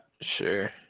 Sure